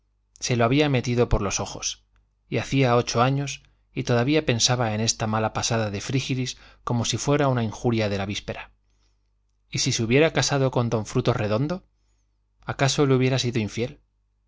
se lo había metido por los ojos y hacía ocho años y todavía pensaba en esta mala pasada de frígilis como si fuera una injuria de la víspera y si se hubiera casado con don frutos redondo acaso le hubiera sido infiel